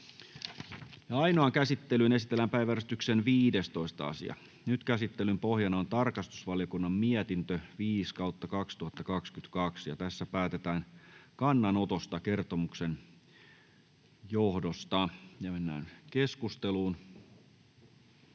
Ainoaan käsittelyyn esitellään päiväjärjestyksen 17. asia. Käsittelyn pohjana on tarkastusvaliokunnan mietintö TrVM 7/2022 vp. Nyt päätetään kannanotosta kertomuksen johdosta. — Puheenjohtaja